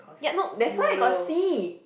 ya no that's why I got see